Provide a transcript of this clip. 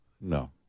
no